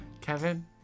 Kevin